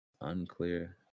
Unclear